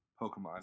Pokemon